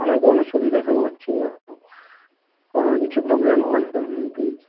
ଆଉ କଣ ସବୁ ସୁବିଧା ସବୁ ଅଛି କଣ କିଛି ପ୍ରୋବ୍ଲେମ୍ ହେବନି ତ ନା କେମିତି